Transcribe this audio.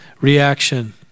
reaction